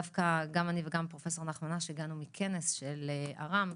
דווקא גם אני וגם פרופסור נחמן אש הגענו מכנס של אר"מ,